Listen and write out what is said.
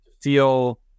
feel